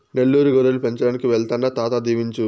నెల్లూరు గొర్రెలు పెంచడానికి వెళ్తాండా తాత దీవించు